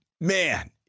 man